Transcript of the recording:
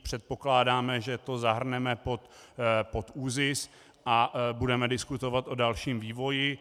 Předpokládáme, že to zahrneme pod ÚZIS, a budeme diskutovat o dalším vývoji.